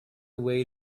wait